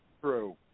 true